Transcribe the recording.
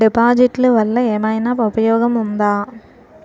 డిపాజిట్లు వల్ల ఏమైనా ఉపయోగం ఉందా?